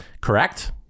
Correct